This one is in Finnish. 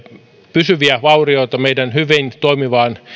pysyviä vaurioita meidän hyvin toimivaan